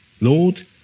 lord